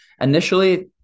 initially